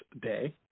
Day